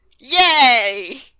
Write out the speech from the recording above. Yay